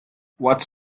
what’s